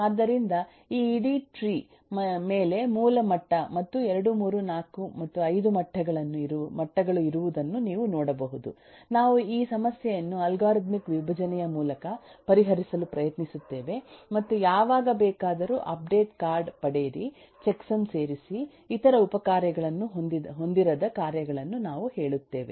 ಆದ್ದರಿಂದ ಈ ಇಡೀ ಟ್ರೀ ಮೇಲೆ ಮೂಲ ಮಟ್ಟ ಮತ್ತು 234 ಮತ್ತು 5 ಮಟ್ಟಗಳು ಇರುವುದನ್ನು ನೀವು ನೋಡಬಹುದು ನಾವು ಈ ಸಮಸ್ಯೆಯನ್ನು ಅಲ್ಗಾರಿದಮಿಕ್ ವಿಭಜನೆಯ ಮೂಲಕ ಪರಿಹರಿಸಲು ಪ್ರಯತ್ನಿಸುತ್ತೇವೆ ಮತ್ತು ಯಾವಾಗ ಬೇಕಾದರೂ ಅಪ್ಡೇಟ್ ಕಾರ್ಡ್ ಪಡೆಯಿರಿ ಚೆಕ್ಸಮ್ ಸೇರಿಸಿ ಇತರ ಉಪ ಕಾರ್ಯಗಳನ್ನು ಹೊಂದಿರದ ಕಾರ್ಯಗಳನ್ನು ನಾವು ಹೇಳುತ್ತೇವೆ